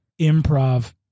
improv